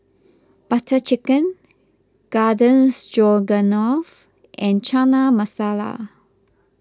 Butter Chicken Garden Stroganoff and Chana Masala